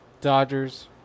Dodgers